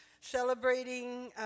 celebrating